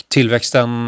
Tillväxten